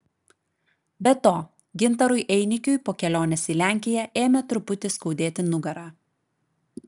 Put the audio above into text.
be to gintarui einikiui po kelionės į lenkiją ėmė truputį skaudėti nugarą